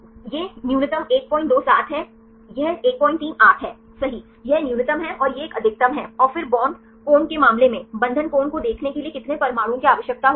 ये न्यूनतम 127 हैं यह 138 है सही यह न्यूनतम है और यह एक अधिकतम है फिर बांड कोण के मामले में बंधन कोण को देखने के लिए कितने परमाणुओं की आवश्यकता होती है